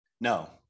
No